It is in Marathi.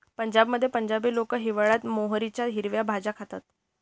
पंजाबमध्ये पंजाबी लोक हिवाळयात मोहरीच्या हिरव्या भाज्या खातात